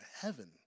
heaven